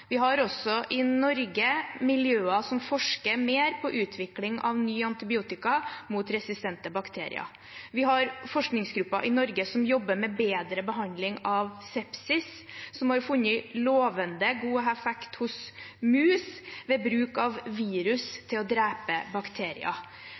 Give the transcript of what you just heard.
Vi har også i Norge miljøer som forsker mer på utvikling av nye antibiotika mot resistente bakterier. Vi har forskningsgrupper i Norge som jobber med bedre behandling av sepsis, som har funnet lovende, god effekt hos mus ved bruk av virus